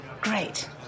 Great